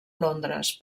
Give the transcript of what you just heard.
londres